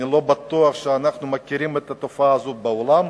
אני לא בטוח שאנחנו מכירים את התופעה הזאת בעולם.